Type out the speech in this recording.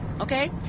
Okay